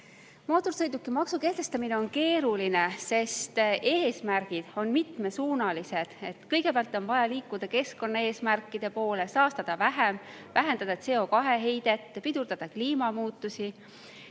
Mootorsõidukimaksu kehtestamine on keeruline, sest eesmärgid on mitmesuunalised. Kõigepealt on vaja liikuda keskkonnaeesmärkide poole, saastada vähem, vähendada CO2heidet, pidurdada kliimamuutusi.